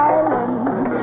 Island